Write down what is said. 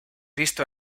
visto